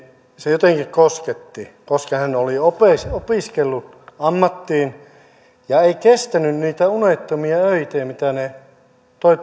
jotenkin kosketti koska hän oli opiskellut ammattiin ja ei kestänyt niitä unettomia öitä mitä tuo